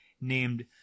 named